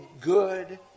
good